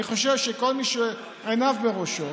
ואני חושב שכל מי שעיניו בראשו